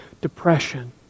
depression